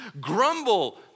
grumble